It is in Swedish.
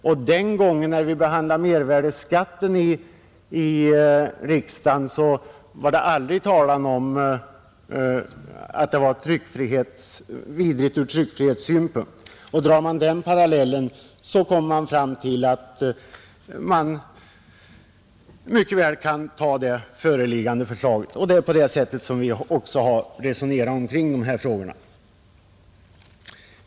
Och när vi behandlade mervärdeskatten i riksdagen var det aldrig tal om att den var vidrig ur tryckfrihetssynpunkt. Drar man den parallellen kommer man fram till att det föreliggande förslaget mycket väl kan antas. Det är alltså på det sättet vi har resonerat kring de här frågorna.